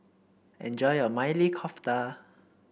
enjoy your Maili Kofta